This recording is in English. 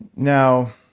now,